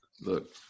Look